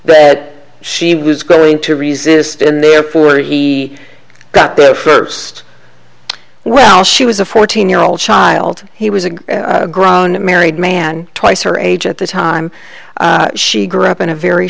that she was going to resist and therefore he got the first well she was a fourteen year old child he was a grown married man twice her age at the time she grew up